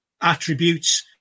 attributes